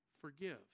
Forgive